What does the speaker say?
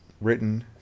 written